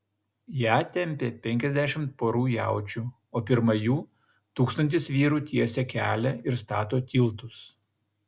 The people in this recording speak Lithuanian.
ją tempia penkiasdešimt porų jaučių o pirma jų tūkstantis vyrų tiesia kelią ir stato tiltus